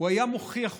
הוא היה מוכיח אותם,